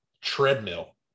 treadmill